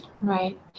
Right